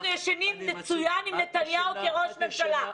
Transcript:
אנחנו ישנים מצוין עם נתניהו כראש ממשלה.